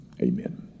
Amen